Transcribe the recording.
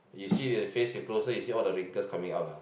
you see the face you closes is all the wrinkles coming out lah